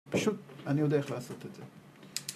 פשוט אני יודע איך לעשות את זה